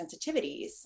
sensitivities